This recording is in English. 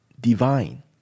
divine